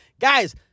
Guys